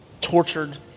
tortured